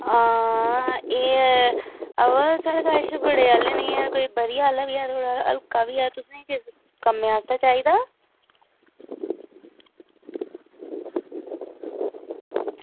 आं एह् बा थुआढ़े कश कोई बढ़िया आह्ला निं ऐ कोई बधिया आह्ला बी ऐ कोई हल्का आह्ला बी ऐ तुसें ई कम्में आस्तै चाहिदा